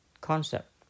concept